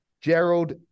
Gerald